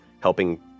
helping